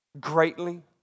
greatly